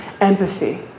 empathy